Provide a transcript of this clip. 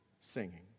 singing